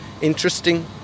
interesting